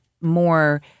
more